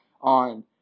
On